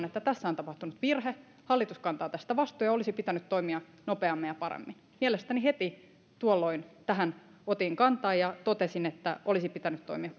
että tässä on tapahtunut virhe hallitus kantaa tästä vastuun ja olisi pitänyt toimia nopeammin ja paremmin mielestäni heti tuolloin tähän otin kantaa ja totesin että olisi pitänyt toimia